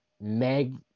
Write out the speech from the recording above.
Meg